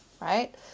right